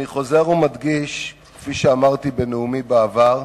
אני חוזר ומדגיש, כפי שאמרתי בנאומי בעבר: